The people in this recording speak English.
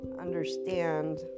understand